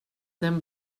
den